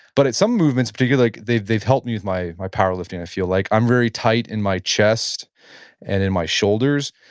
but some movements, particular like they've they've helped me with my my power lifting i feel like. i'm very tight in my chest and in my shoulders,